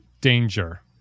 danger